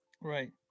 Right